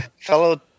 Fellow